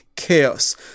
chaos